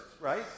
right